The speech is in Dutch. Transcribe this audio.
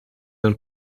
een